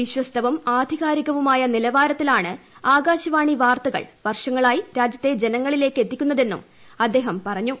വിശ്വസ്തവും ആധികാരികവുമായ നിലവാരത്തിലാണ് ആകാശവാണി വാർത്തകൾ വർഷങ്ങളായി രാജ്യത്തെ ജനങ്ങളിലേക്കെത്തിക്കുന്നതെന്നും അദ്ദേഹം പറഞ്ഞു